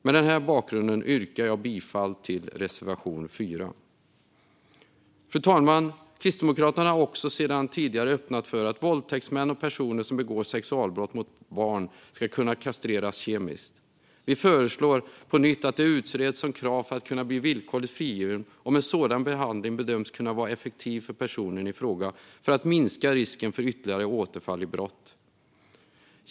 Mot denna bakgrund yrkar jag bifall till reservation 4. Fru talman! Kristdemokraterna har tidigare öppnat för att våldtäktsmän och personer som begår sexualbrott mot barn ska kunna kastreras kemiskt. Vi föreslår nu på nytt att det utreds som krav för att kunna bli villkorligt frigiven om en sådan behandling bedöms kunna vara effektiv för personen i fråga för att minska risken för ytterligare återfall i brott.